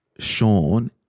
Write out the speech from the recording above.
Sean